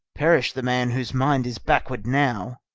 perish the man, whose mind is backward now